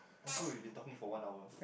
oh so we been talking for one hour